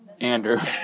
Andrew